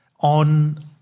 on